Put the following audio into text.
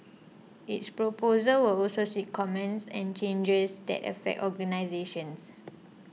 its proposals will also seek comments and changes that affect organisations